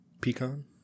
Pecan